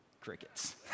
crickets